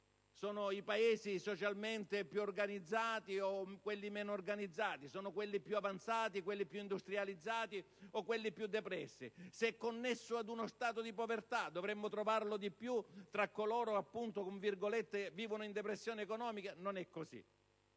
i Paesi socialmente più organizzati o quelli meno organizzati? Quelli più avanzati, industrializzati o quelli più arretrati? Se è connesso ad uno stato di povertà, dovremmo trovarlo maggiormente tra coloro che vivono "in depressione economica". Non è così.